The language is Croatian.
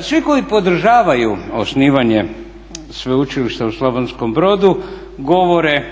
Svi koji podržavaju osnivanje sveučilišta u Slavonskom brodu govore